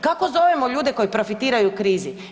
Kako zovemo ljude koji profitiraju u krizi?